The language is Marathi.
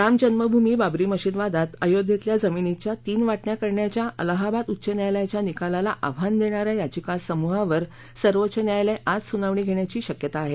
रामजन्म भूमी बाबरी मशीद वादात अयोध्येतल्या जमीनीच्या तीन वाटण्या करण्याच्या अलाहाबाद उच्च न्यायालयाच्या निकालाला आव्हान देण्या या याचिकासमूहावर सर्वोच्च न्यायालय आज सुनावणी घेण्याची शक्यता आहे